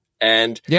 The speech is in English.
And-